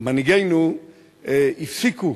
שמנהיגינו הפסיקו